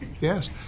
Yes